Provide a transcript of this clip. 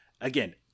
again